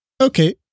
Okay